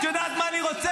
את יודעת מה אני רוצה?